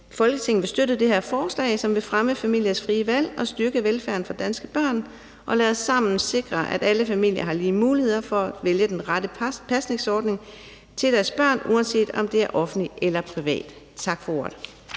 Folketinget vil støtte det her forslag, som vil fremme familiers frie valg og styrke velfærden for danske børn. Og lad os sammen sikre, at alle familier har lige muligheder for at vælge den rette pasningsordning til deres børn, uanset om den er offentlig eller privat. Tak for ordet.